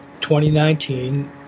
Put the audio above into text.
2019